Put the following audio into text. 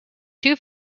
two